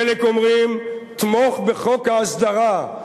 חלק אומרים: תמוך בחוק ההסדרה,